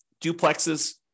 duplexes